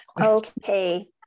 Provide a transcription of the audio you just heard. Okay